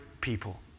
people